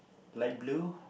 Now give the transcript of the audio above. light blue